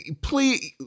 please